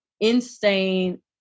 insane